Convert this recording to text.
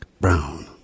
brown